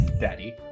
Daddy